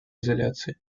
изоляции